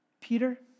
Peter